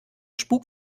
spuk